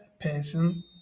person